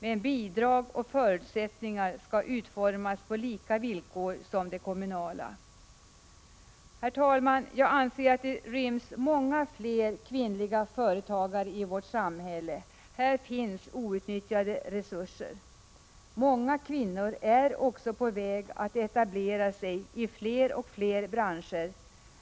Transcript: Men bidrag och förutsättningar skall utformas på samma villkor för dessa som för de kommunala. Herr talman! Jag anser att det ryms många fler kvinnliga företagare i vårt samhälle. Här finns outnyttjade resurser. Många kvinnor är också på väg att etablera sig i fler och fler branscher,